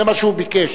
זה מה שהוא ביקש.